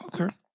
Okay